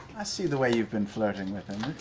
i see the way you've been flirting with him.